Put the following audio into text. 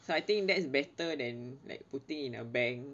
so I think that better than like putting in a bank